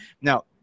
Now